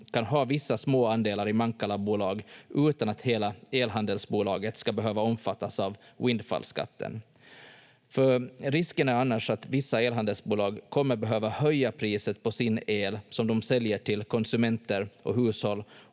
kan ha vissa små andelar i Mankala-bolag utan att hela elhandelsbolaget ska behöva omfattas av windfall-skatten. Risken är annars att vissa elhandelsbolag kommer behöva höja priset på sin el som de säljer till konsumenter och hushåll